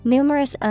Numerous